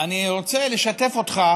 אני רוצה לשתף אותך